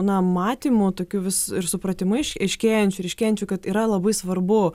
na matymu tokiu vis ir supratimu iš išaiškėjančių ryškėjančių kad yra labai svarbu